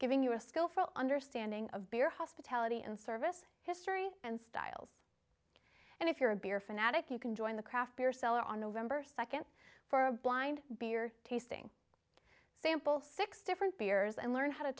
giving you a skillful understanding of beer hospitality and service history and styles and if you're a beer fanatic you can join the craft beer seller on november second for a blind beer tasting sample six different beers and learn how to